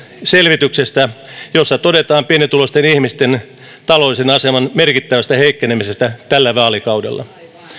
selvityksestä jossa todetaan pienituloisten ihmisten taloudellisen aseman merkittävästä heikkenemisestä tällä vaalikaudella